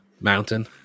mountain